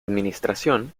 administración